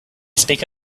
speak